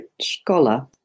scholar